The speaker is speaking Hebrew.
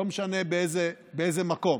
לא משנה באיזה מקום.